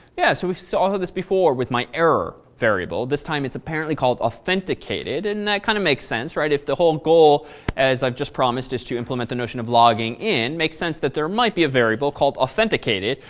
yeah, so we saw so this before with my error variable. this time it's apparently called authenticated. and that kind of make sense, right, if the whole goal as i've just promised is to implement the notion of logging and make sense that there might be a variable called authenticated,